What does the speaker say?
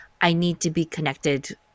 I-need-to-be-connected